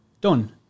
Done